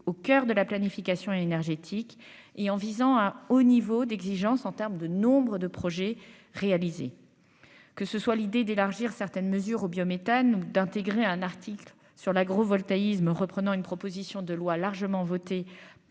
au coeur de la planification énergétique et en visant à haut niveau d'exigence en terme de nombre de projets réalisés, que ce soit l'idée d'élargir certaines mesures au biométhane, donc d'intégrer un article sur l'agro-Voltalis me, reprenant une proposition de loi largement voté sur ces bancs